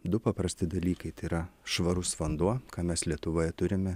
du paprasti dalykai tai yra švarus vanduo ką mes lietuvoje turime